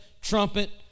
trumpet